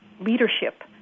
leadership